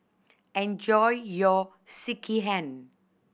enjoy your Sekihan